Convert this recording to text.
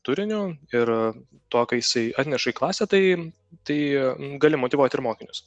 turiniu ir tuo ką jisai atneša į klasę tai tai gali motyvuot ir mokinius